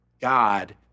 God